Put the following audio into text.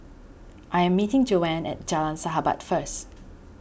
I am meeting Joanne at Jalan Sahabat first